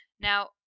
Now